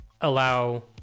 allow